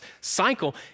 cycle